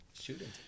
shooting